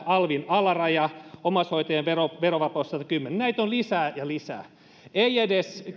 alvin alaraja omaishoitajien verovapaus satakymmentä näitä on lisää ja lisää edes